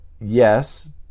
yes